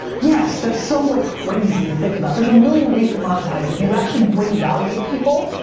yes, that's so like crazy to think about. there's a million ways to monetize. if you actually bring value to people,